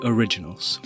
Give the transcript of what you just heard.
Originals